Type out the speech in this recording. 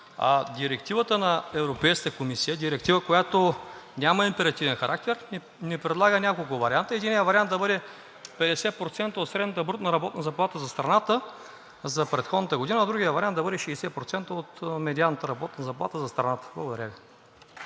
Директивата на Европейската комисия – Директива, която няма императивен характер, ни предлага няколко варианта. Единият – да бъде 50% от средната брутна работна заплата за страната за предходната година. Другият вариант е да бъде 60% от медианната работна заплата за страната. Благодаря